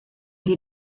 die